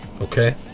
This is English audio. okay